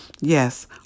Yes